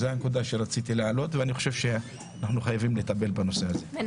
זו הנקודה שרציתי להעלות ואשמח שנטפל בה, בהצלחה.